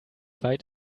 weit